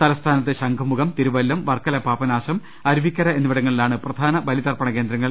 തലസ്ഥാനത്ത് ശംഖുമുഖം തിരുവല്ലം വർക്കല പാപനാ ശം അരുവിക്കര എന്നിവിടങ്ങളിലാണ് പ്രധാന ബ്ലിതർപ്പണ കേന്ദ്ര ങ്ങൾ